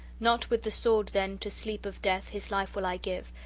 not with the sword, then, to sleep of death his life will i give,